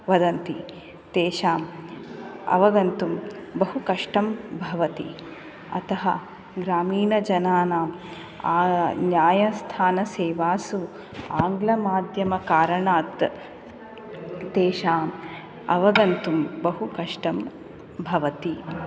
वदन्ति तेषाम् अवगन्तुं बहु कष्टं भवति अतः ग्रामीणजनानां न्यायस्थानसेवासु आङ्ग्लमाध्यमकारणात् तेषाम् अवगन्तुं बहु कष्टं भवति